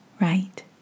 right